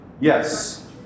Yes